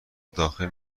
داخل